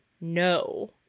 No